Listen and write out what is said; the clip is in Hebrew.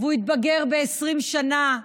הוא התבגר ב-20 שנה,